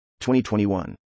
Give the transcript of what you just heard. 2021